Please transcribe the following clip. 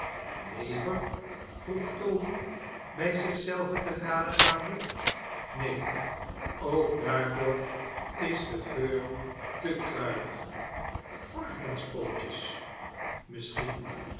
lever vroeg toby bij zich zelven te rade gaande neen ook daarvoor is de geur te kruidig varkenspootjes